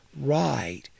right